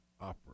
operate